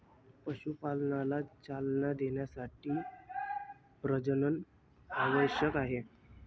पशुपालनाला चालना देण्यासाठी प्रजनन आवश्यक आहे